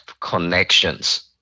connections